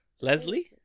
Leslie